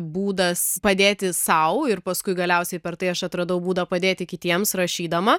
būdas padėti sau ir paskui galiausiai per tai aš atradau būdą padėti kitiems rašydama